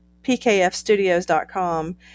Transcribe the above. pkfstudios.com